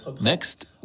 Next